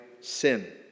sin